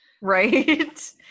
Right